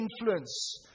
influence